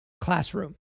classroom